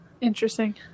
Interesting